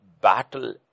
battle